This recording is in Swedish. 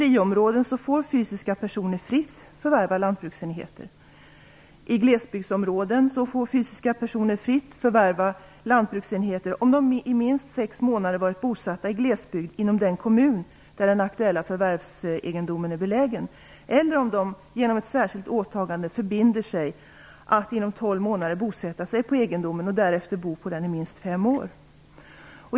I glesbygdsområden får fysiska personer fritt förvärva lantbruksenheter, om de under minst sex månader varit bosatta i glesbygd i den kommun där den aktuella förvärvsegendomen är belägen, eller om de genom ett särskilt åtagande förbinder sig att inom tolv månader bosätta sig på egendomen och därefter bo på den i minst fem år.